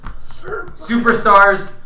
Superstars